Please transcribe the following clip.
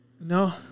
No